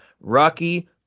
Rocky